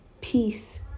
peace